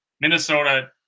Minnesota –